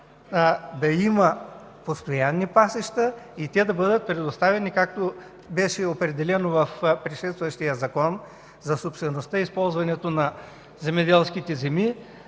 да има постоянни пасища и те да бъдат предоставени както беше определено в предшестващия Закон за собствеността и използването на земеделските земи